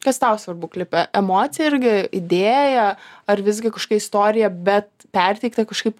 kas tau svarbu klipe emocija irgi idėja ar visgi kažkokia istorija bet perteikta kažkaip